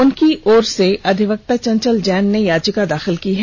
उनकी ओर से अधिवक्ता चंचल जैन ने याचिका दाखिल की है